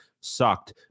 sucked